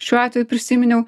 šiuo atveju prisiminiau